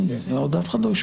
איך אתה התרשמת?